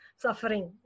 suffering